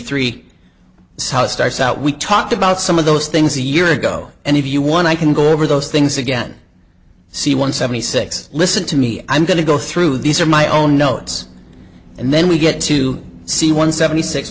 three so it starts out we talked about some of those things a year ago and if you want i can go over those things again c one seventy six listen to me i'm going to go through these are my own notes and then we get to see one seventy six